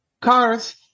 cars